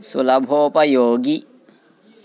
सुलभोपयोगी